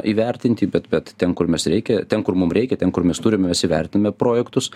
įvertinti bet bet ten kur mes reikia ten kur mum reikia ten kur mes turime mes įvertiname projektus